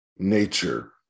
nature